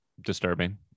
disturbing